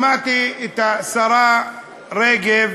שמעתי את השרה רגב